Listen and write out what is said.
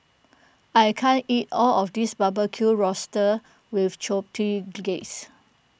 I can't eat all of this Barbecued Oysters with Chipotle Glaze